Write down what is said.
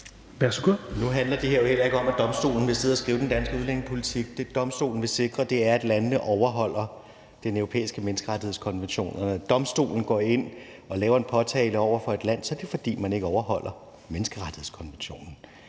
Nu handler det her jo heller ikke om, at domstolen vil sidde og skrive den danske udlændingepolitik. Det, domstolen vil sikre, er, at landene overholder Den Europæiske Menneskerettighedskonvention, og når domstolen går ind og laver en påtale over for et land, er det, fordi man ikke overholder menneskerettighedskonventionen.